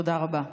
תודה רבה.